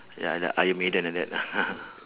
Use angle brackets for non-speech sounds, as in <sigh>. ya like iron maiden like that lah <laughs>